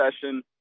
session